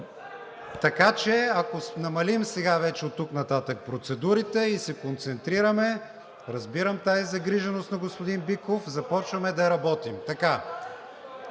неща. Ако намалим сега вече оттук нататък процедурите и се концентрираме, разбирам тази загриженост на господин Биков, започваме да работим.